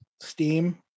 Steam